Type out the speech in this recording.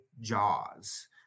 jaws